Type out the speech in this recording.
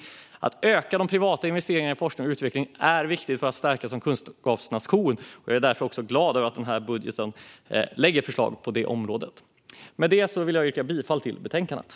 Det är viktigt att öka de privata investeringarna i forskning och utveckling för att vi ska kunna stärkas som kunskapsnation, och jag är därför glad att det i den här budgeten finns förslag på det området. Med detta yrkar jag bifall till utskottets förslag.